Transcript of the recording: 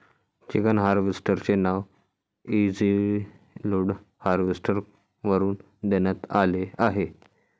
chicken harvester चे नाव easy load harvester वरून देण्यात आले आहे